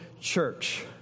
church